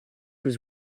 was